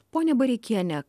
ponia bareikiene